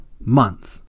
month